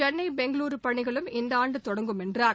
சென்னை பெங்களூர் பணிகளும் இந்த ஆண்டு தொடங்கும் என்றார்